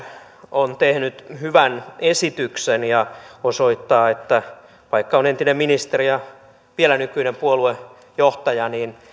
on tehnyt hyvän esityksen ja osoittaa että vaikka on entinen ministeri ja vielä nykyinen puoluejohtaja niin